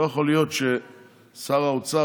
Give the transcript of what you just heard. לא יכול להיות ששר האוצר,